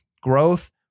growth